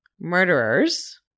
murderers